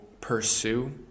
pursue